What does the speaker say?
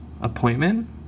appointment